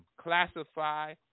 classify